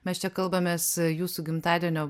mes čia kalbamės jūsų gimtadienio